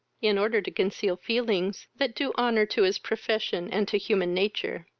in order to conceal feelings that do ho-honour to his profession and to human nature.